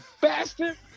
bastard